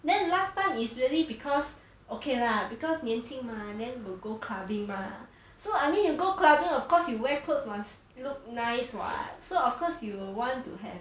then last time is really because okay lah because 年轻 mah then we'll go clubbing mah so I mean you go clubbing of course you wear clothes must look nice [what] so of course you would want to have